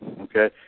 Okay